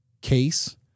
case